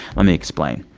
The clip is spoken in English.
let me explain.